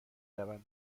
رود